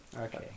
Okay